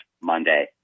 Monday